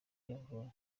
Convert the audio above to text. yavuye